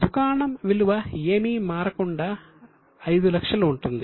దుకాణం విలువ ఏమి మారకుండా 500000 ఉంటుంది